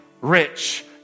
rich